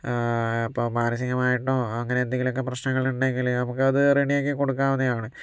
ഇപ്പോൾ മാനസികമായിട്ടും അങ്ങനെ എന്തെങ്കിലും പ്രശ്നങ്ങൾ ഉണ്ടെങ്കിൽ നമുക്ക് അത് റെഡി ആക്കി കൊടുക്കാവുന്നതാണ്